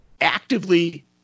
actively